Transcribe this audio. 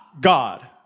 God